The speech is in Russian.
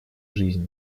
жизни